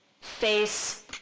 face